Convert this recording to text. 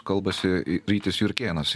kalbasi rytis jurkėnas